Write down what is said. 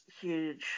huge